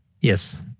Yes